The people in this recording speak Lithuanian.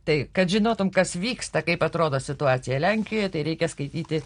tai kad žinotum kas vyksta kaip atrodo situacija lenkijoje tai reikia skaityti